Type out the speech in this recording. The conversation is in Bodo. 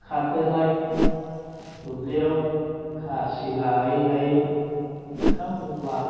खारदोलाय दुब्लियाव खासि लायै लायै ओंखाम थफ्ला